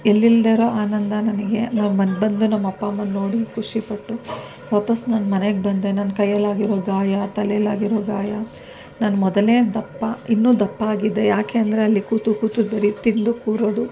ಎಲ್ಲಿಲ್ಲದಿರೋ ಆನಂದ ನನಗೆ ನಾನು ಬಂದು ಬಂದು ನಮ್ಮ ಅಪ್ಪ ಅಮ್ಮನ ನೋಡಿ ಖುಷಿ ಪಟ್ಟು ವಾಪಸ್ಸು ನಾನು ಮನೆಗೆ ಬಂದೆ ನನ್ನ ಕೈಯ್ಯಲ್ಲಾಗಿರೋ ಗಾಯ ತಲೆಯಲ್ಲಾಗಿರೋ ಗಾಯ ನಾನು ಮೊದಲೇ ದಪ್ಪ ಇನ್ನೂ ದಪ್ಪ ಆಗಿದ್ದೆ ಯಾಕೆಂದರೆ ಅಲ್ಲಿ ಕೂತು ಕೂತು ಬರೀ ತಿಂದು ಕೂರೋದು